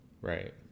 right